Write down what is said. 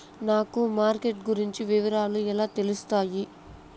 నాకు మార్కెట్ గురించి వివరాలు ఎలా తెలుస్తాయి?